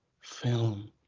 Film